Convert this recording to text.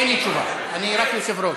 אין לי תשובה, אני רק יושב-ראש.